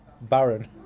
Baron